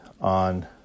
On